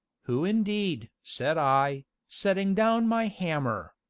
who indeed? said i, setting down my hammer.